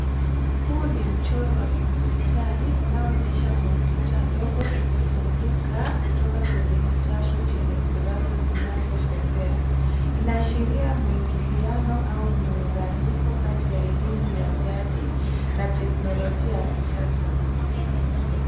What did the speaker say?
Huu ni mchoro wa kidijitali unaoonyesha kompyuta ndogo ikifunguka kutoka kwenye kitabu chenye kurasa zinazopepea. Inaashiria mwingiliano au muunganiko kati ya elimu ya jadi na teknologia ya kisasa.